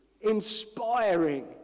inspiring